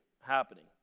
happening